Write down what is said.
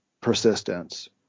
persistence